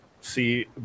See